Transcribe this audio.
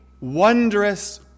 wondrous